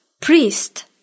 Priest